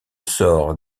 sort